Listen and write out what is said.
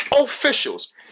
officials